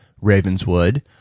Ravenswood